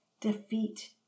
defeat